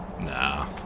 Nah